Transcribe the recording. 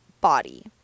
body